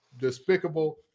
Despicable